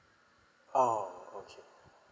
oh okay